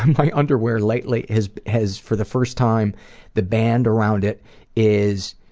my underwear lately has has for the first time the band around it is